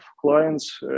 clients